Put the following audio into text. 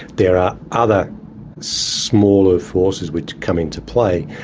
there are other smaller forces which come into play,